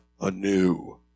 anew